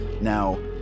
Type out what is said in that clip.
Now